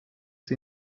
sie